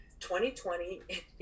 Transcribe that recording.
2020